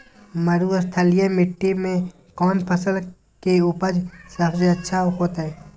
मरुस्थलीय मिट्टी मैं कौन फसल के उपज सबसे अच्छा होतय?